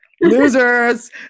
losers